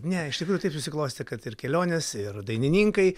ne iš tikrųjų taip susiklostė kad ir kelionės ir dainininkai